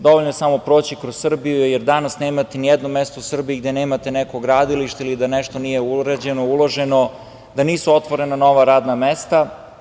Dovoljno je samo proći kroz Srbiju, jer danas nemate ni jedno mesto u Srbiji gde nemate neko gradilište ili da nešto nije urađeno, uloženo, da nisu otvorena nova radna mesta.